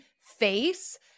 face